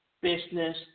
business